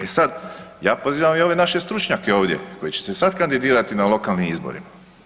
E sad, ja pozivam i ove naše stručnjake ovdje, koji će se sad kandidirati na lokalnim izborima.